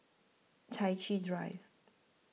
Chai Chee Drive